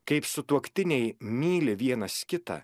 kaip sutuoktiniai myli vienas kitą